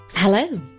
Hello